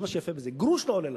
זה מה שיפה בזה, גרוש לא עולה לך.